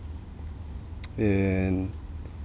and